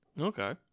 Okay